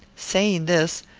saying this,